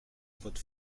votre